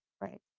right